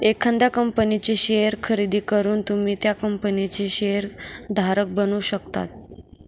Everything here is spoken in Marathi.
एखाद्या कंपनीचे शेअर खरेदी करून तुम्ही त्या कंपनीचे शेअर धारक बनू शकता